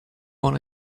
wanna